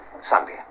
Sunday